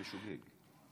בשוגג.